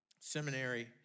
seminary